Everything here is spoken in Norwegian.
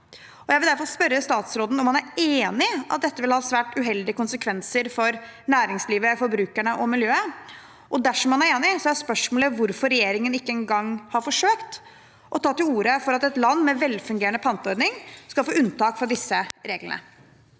Jeg vil derfor spørre statsråden om han er enig i at dette vil ha svært uheldige konsekvenser for næringslivet, forbrukerne og miljøet. Dersom han er enig, er spørsmålet hvorfor regjeringen ikke engang har forsøkt å ta til orde for at et land med en velfungerende panteordning skal få unntak fra disse reglene.